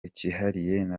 kihariye